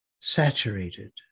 saturated